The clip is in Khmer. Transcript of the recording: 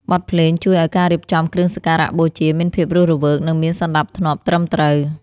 បទភ្លេងជួយឱ្យការរៀបចំគ្រឿងសក្ការៈបូជា មានភាពរស់រវើក និងមានសណ្ដាប់ធ្នាប់ត្រឹមត្រូវ។